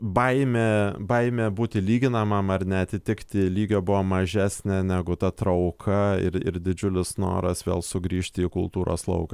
baimė baimė būti lyginamam ar neatitikti lygio buvo mažesnė negu ta trauka ir ir didžiulis noras vėl sugrįžti į kultūros lauką